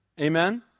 Amen